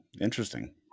interesting